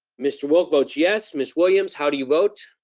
mr. wilk votes yes miss williams, how do you vote?